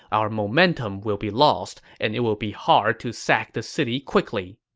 our momentum will be lost and it will be hard to sack the city quickly.